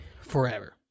forever